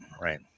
right